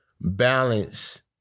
balance